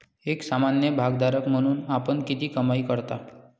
एक सामान्य भागधारक म्हणून आपण किती कमाई करता?